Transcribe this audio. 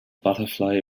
butterfly